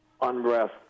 unrest